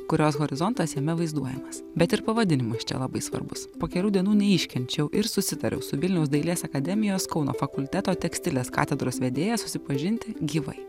kurios horizontas jame vaizduojamas bet ir pavadinimas čia labai svarbus po kelių dienų neiškenčiau ir susitariau su vilniaus dailės akademijos kauno fakulteto tekstilės katedros vedėja susipažinti gyvai